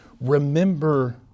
remember